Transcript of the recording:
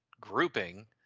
grouping